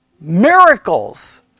miracles